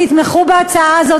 תתמכו בהצעה הזאת.